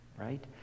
right